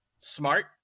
smart